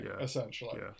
essentially